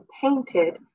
painted